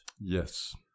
Yes